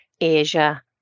Asia